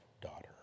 daughter